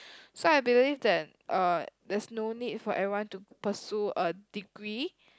so I believe that uh there's no need for everyone to pursue a degree